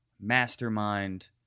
mastermind